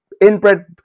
inbred